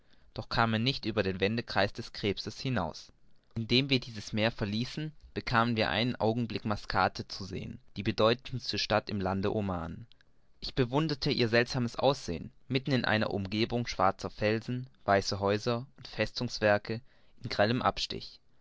doch kam er nicht über den wendekreis des krebses hinaus indem wir dieses meer verließen bekamen wir einen augenblick mascate zu sehen die bedeutendste stadt im lande oman ich bewunderte ihr seltsames aussehen mitten in einer umgebung schwarzer felsen weiße häuser und festungswerke in grellem abstich